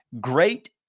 great